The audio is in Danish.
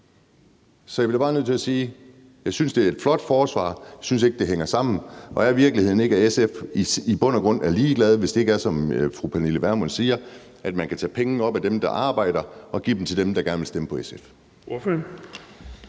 Så jeg bliver bare nødt til at sige, at jeg synes, det er et flot forsvar, men jeg synes ikke, det hænger sammen. Og er virkeligheden ikke, at SF i bund og grund er ligeglade, hvis det ikke er, som fru Pernille Vermund siger, at man kan tage penge fra dem, der arbejder, og give dem til dem, der gerne vil stemme på SF?